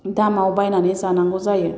दामाव बायनानै जानांगौ जायो